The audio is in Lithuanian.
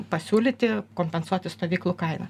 pasiūlyti kompensuoti stovyklų kainą